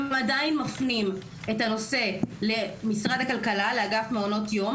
הם עדיין מפנים את הנושא למשרד הכלכלה לאגף מעונות יום,